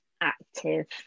active